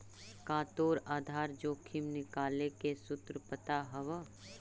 का तोरा आधार जोखिम निकाले के सूत्र पता हवऽ?